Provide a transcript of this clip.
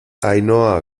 ainhoa